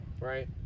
right